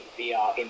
VR